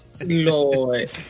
Lord